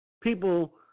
People